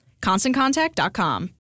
ConstantContact.com